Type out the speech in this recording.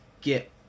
get